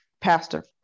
pastor